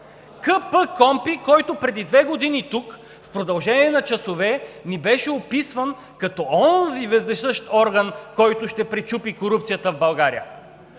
КПКОНПИ, който преди две години тук в продължение на часове ни беше описван като онзи вездесъщ орган, който ще пречупи корупцията в България.